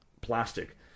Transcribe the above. plastic